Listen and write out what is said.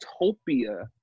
utopia